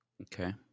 Okay